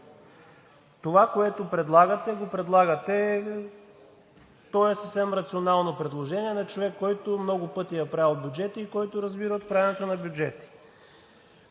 това което предлагате, е съвсем рационално предложение на човек, който много пъти е правил бюджети и който разбира от правенето на бюджети.